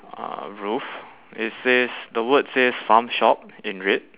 uh roof it says the words says farm shop in red